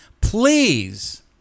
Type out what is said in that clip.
Please